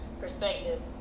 perspective